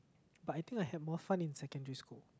but I think I had more fun in secondary school